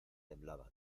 temblaban